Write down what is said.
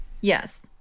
yes